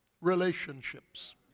relationships